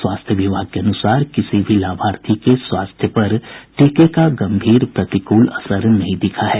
स्वास्थ्य विभाग के अनुसार किसी भी लाभार्थी के स्वास्थ्य पर टीके का गम्भीर प्रतिकूल असर नहीं दिखा है